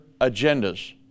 agendas